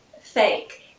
Fake